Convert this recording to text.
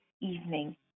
evening